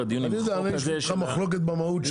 לדיון עם חוק כזה --- אני יודע שיש לך מחלוקת במהות.